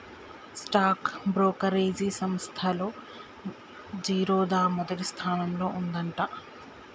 stock brokerage సంస్తల్లో జిరోదా మొదటి స్థానంలో ఉందంట